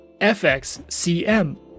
FXCM